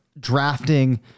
Drafting